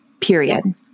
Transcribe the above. period